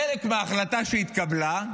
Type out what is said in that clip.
חלק מההחלטה שהתקבלה,